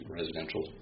residential